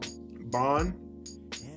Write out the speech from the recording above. Bond